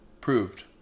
proved